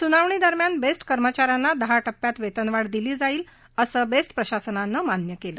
सुनावणी दरम्यान बेस्ट कर्मचाऱ्यांना दहा टप्प्यांत वेतनवाढ दिली जाईल असं बेस्ट प्रशासनानं मान्य केलं